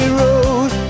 road